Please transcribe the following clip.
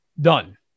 Done